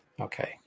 Okay